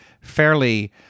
fairly